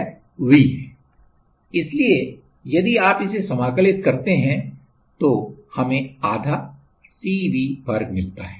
Energy इसलिए यदि आप इसे समाकलित करते हैं तो हमें आधा CV वर्ग मिलता है